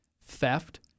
theft